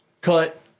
cut